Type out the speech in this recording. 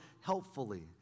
helpfully